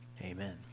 Amen